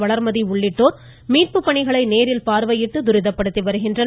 வளர்மதி உள்ளிட்டோர் மீட்பு பணிகளை நேரில் பார்வையிட்டு துரிதப்படுத்தி வருகின்றனர்